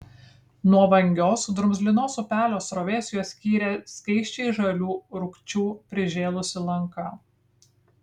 nuo vangios drumzlinos upelio srovės juos skyrė skaisčiai žalių rūgčių prižėlusi lanka